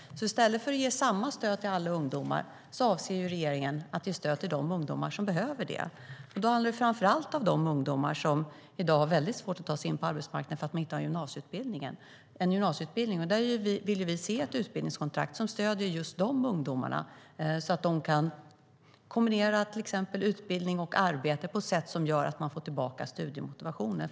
I stället för att ge samma stöd till alla ungdomar avser regeringen att ge stöd till de ungdomar som behöver det. Det handlar framför allt om de ungdomar som i dag har väldigt svårt att ta sig in på arbetsmarknaden för att de inte har gymnasieutbildning. Vi vill se ett utbildningskontrakt som stöder just de ungdomarna, så att de till exempel kan kombinera utbildning och arbete på ett sätt som gör att de får tillbaka studiemotivationen.